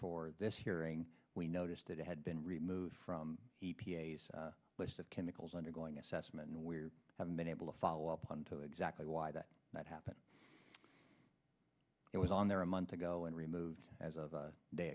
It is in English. for this hearing we noticed that it had been removed from the list of chemicals undergoing assessment where haven't been able to follow up on to exactly why that that happened it was on there a month ago and removed as of a day